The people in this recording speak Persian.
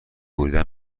بریدن